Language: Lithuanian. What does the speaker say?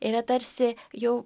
yra tarsi jau